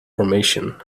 formation